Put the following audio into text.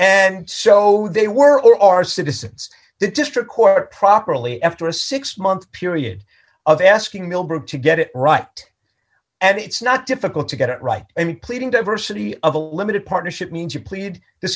and so they were or are citizens the district court properly after a six month period of asking millbrook to get it right and it's not difficult to get it right any pleading diversity of a limited partnership means you plead the